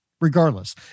regardless